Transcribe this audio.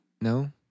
No